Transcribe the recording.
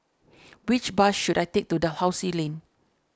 which bus should I take to Dalhousie Lane